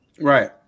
Right